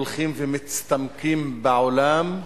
הולכים ומצטמקים בעולם.